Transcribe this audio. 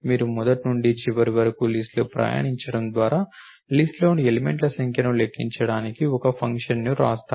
మీరు మొదటి నుండి చివరి వరకు లిస్ట్ లో ప్రయాణించడం ద్వారా లిస్ట్ లోని ఎలిమెంట్ల సంఖ్యను లెక్కించడానికి ఒక ఫంక్షన్ను వ్రాస్తారు